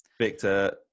victor